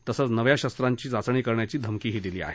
तसंच नव्या शस्त्रांची चाचणी करण्याची धमकीही दिली आहे